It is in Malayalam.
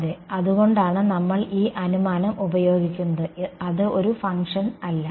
അതെ അതുകൊണ്ടാണ് നമ്മൾ ഈ അനുമാനം ഉപയോഗിക്കുന്നത് അത് ഒരു ഫങ്ക്ഷൻ അല്ല